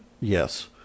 yes